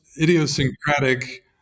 idiosyncratic